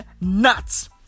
nuts